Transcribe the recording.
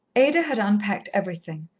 ada had unpacked everything,